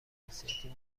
جنسیتی